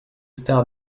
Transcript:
stars